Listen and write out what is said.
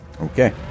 Okay